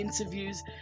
interviews